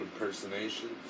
Impersonations